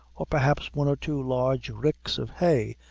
or perhaps one or two large ricks of hay,